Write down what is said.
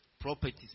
properties